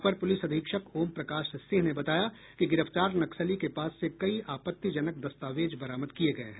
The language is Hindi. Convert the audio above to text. अपर पुलिस अधीक्षक ओम प्रकाश सिंह ने बताया कि गिरफ्तार नक्सली के पास से कई आपत्तिजनक दस्तावेज बरामद किये गये हैं